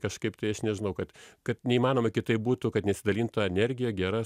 kažkaip tai aš nežinau kad kad neįmanoma kitaip būtų kad nesidalintų energija gera